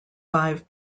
five